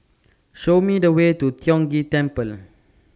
Show Me The Way to Tiong Ghee Temple